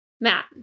Matt